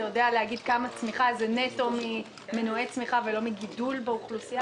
אתה יודע להגיד כמה צמיחה זה נטו ממנועי צמיחה ולא מגידול באוכלוסייה?